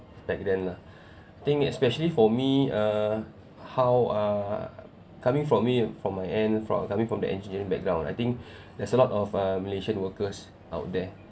back then lah I think especially for me uh how uh coming from me from my end from coming from the engineering background I think there's a lot of uh malaysian workers out there